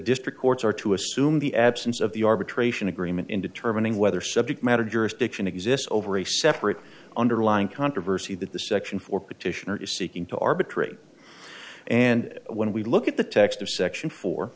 district courts are to assume the absence of the arbitration agreement in determining whether subject matter jurisdiction exists over a separate underlying controversy that the section four petitioner is seeking to arbitrate and when we look at the text of section fo